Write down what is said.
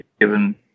given